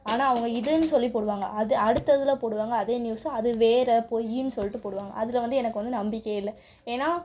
ஆனால் அவங்க இதுன்னு சொல்லி போடுவாங்க அது அடுத்த இதில் போடுவாங்க அதே நியூஸ்ஸு அது வேறு பொய்ன்னு சொல்லிட்டு போடுவாங்க அதில் வந்து எனக்கு வந்து நம்பிக்கையே இல்லை ஏன்னால்